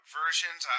versions